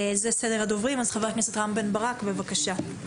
חבר הכנסת רם שפע, בבקשה.